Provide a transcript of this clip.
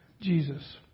Jesus